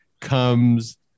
comes